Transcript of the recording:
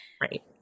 right